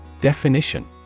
Definition